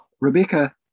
Rebecca